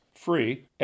free